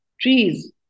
trees